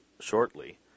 shortly